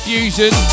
Fusion